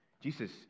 Jesus